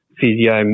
physio-